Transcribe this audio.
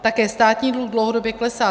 Také státní dluh dlouhodobě klesá.